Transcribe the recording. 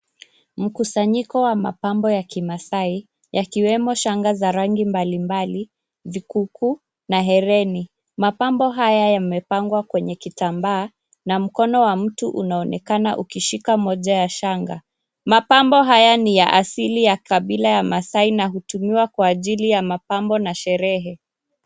Mkusanyiko wa mapambo ya kimaasai, yakiwemo shanga za rangi mbalimbali, vikuku na hereni. Mapambo haya yamepangwa kwenye kitambaa na mkono wa mtu unaonekana ukishika moja ya shanga. Mapambo haya ni ya asili ya kabila ya maasai na hutumiwa kwa ajili ya mapambo na sherehe.